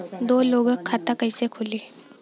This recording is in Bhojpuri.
दो लोगक खाता कइसे खुल्ला?